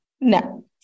No